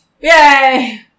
Yay